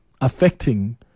affecting